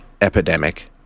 epidemic